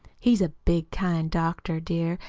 he's a big, kind doctor, dear,